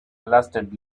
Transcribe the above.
lasted